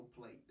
plate